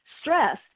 stress